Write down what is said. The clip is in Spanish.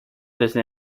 desde